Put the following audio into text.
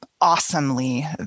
awesomely